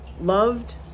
loved